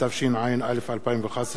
התשע"א 2011,